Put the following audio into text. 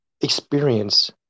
experience